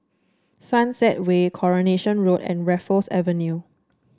Sunset Way Coronation Road and Raffles Avenue